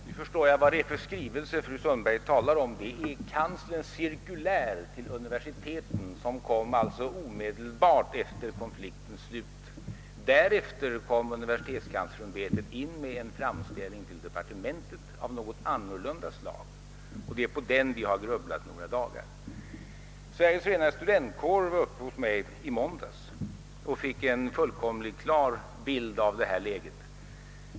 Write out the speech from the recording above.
Herr talman! Nu förstår jag vad det är för skrivelse fru Sundberg talar om. Det är kanslerns cirkulär till universiteten som kom omedelbart efter konfliktens slut. Därefter gjorde universitetskanslersämbetet en framställning till departementet av något annorlunda slag, och det är över denna vi har grubblat några dagar. Representanter för Sveriges förenade studentkårer var uppe hos mig i måndags och fick då en fullständigt klar bild av läget.